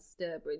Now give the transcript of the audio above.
Sturbridge